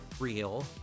real